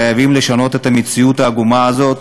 חייבים לשנות את המציאות העגומה הזאת.